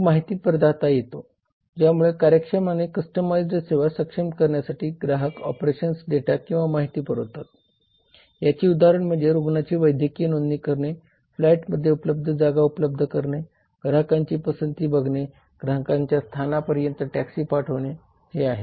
मग माहिती प्रदाता येतो ज्यामुळे कार्यक्षम आणि कस्टमाईज्ड सेवा सक्षम करण्यासाठी ग्राहक ऑपरेशन्स डेटा किंवा माहिती पुरवतात याची उदारहणे म्हणजे रुग्णांची वैद्यकीय नोंदी करणे फ्लाइटमध्ये उपलब्ध जागा उपलब्ध करणे ग्राहकांची पसंती बघणे ग्राहकांच्या स्थाना पर्यन्त टॅक्सी पाठवणे हे आहेत